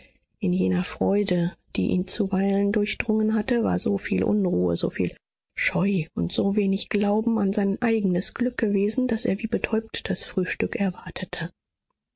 in jener freude die ihn zuweilen durchdrungen hatte war soviel unruhe soviel scheu und so wenig glauben an sein eigenes glück gewesen daß er wie betäubt das frühstück erwartete